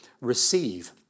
receive